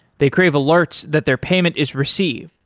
they crave alerts that their payment is received.